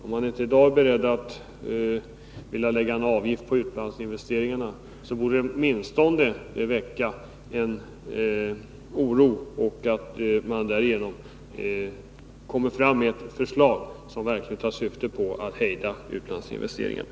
Om de inte i dag är beredda att avgiftsbelägga utlandsinvesteringarna, borde de åtminstone känna oro och av den anledningen framlägga förslag som syftar till att hejda utlandsinvesteringarna.